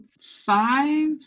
five